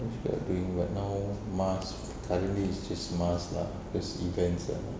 dia cakap doing but now masks currently is just masks lah plus events ah